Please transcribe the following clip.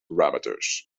parameters